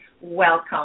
Welcome